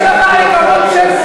אתה בושה.